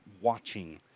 watching